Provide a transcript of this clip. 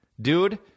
dude